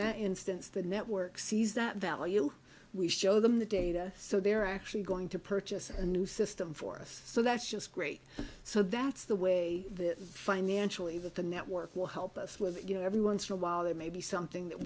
that instance the network sees that value we show them the data so they're actually going to purchase a new system for us so that's just great so that's the way that financially that the network will help us with it you know every once in a while there may be something that